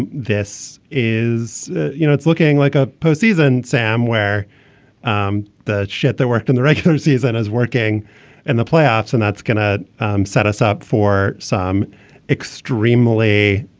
and this is you know it's looking like a postseason sam where um the shit that worked in the regular season is working and the playoffs and that's going to set us up for some extremely